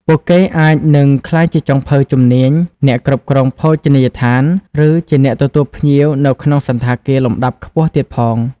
ពួកគេអាចនឹងក្លាយជាចុងភៅជំនាញ អ្នកគ្រប់គ្រងភោជនីយដ្ឋាន ឬអ្នកទទួលភ្ញៀវនៅក្នុងសណ្ឋាគារលំដាប់ខ្ពស់ទៀតផង។